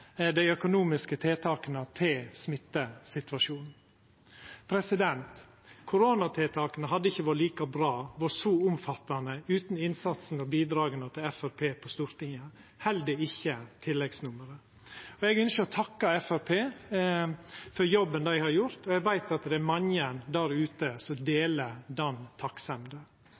dei økonomiske tiltaka til smittesituasjonen. Koronatiltaka hadde ikkje vore like bra og så omfattande utan innsatsen og bidraga frå Framstegspartiet på Stortinget, heller ikkje tilleggsnummeret. Eg ynskjer å takka Framstegspartiet for jobben dei har gjort. Eg veit at mange der ute deler den takksemda,